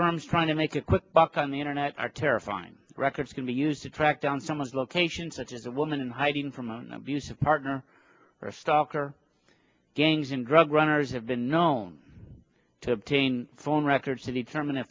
firms trying to make a quick buck on the internet are terrifying records can be used to track down someone's location such as a woman in hiding from an abusive partner or a stocker gangs and drug runners have been known to obtain phone records to determin